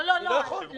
אני לא יכול.